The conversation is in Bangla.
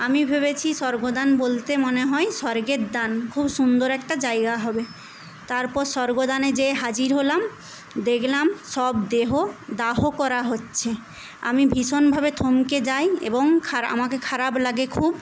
আমি ভেবেছি স্বর্গদান বলতে মনে হয় স্বর্গের দান খুব সুন্দর একটা জায়গা হবে তারপর স্বর্গদানে যেয়ে হাজির হলাম দেখলাম সব দেহ দাহ করা হচ্ছে আমি ভীষণভাবে থমকে যাই এবং খারা আমাকে খারাপ লাগে খুব